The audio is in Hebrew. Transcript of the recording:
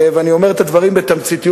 ואני אומר את הדברים בתמציתיות,